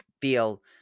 feel